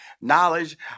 knowledge